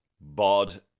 Bod